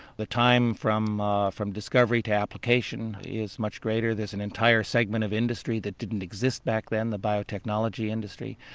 the time from from discovery to application is much greater, there's an entire segment of industry that didn't exist back then, the biotechnology industry.